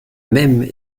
même